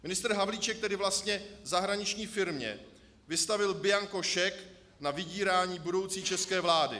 Ministr Havlíček tedy vlastně zahraniční firmě vystavil bianko šek na vydírání budoucí české vlády.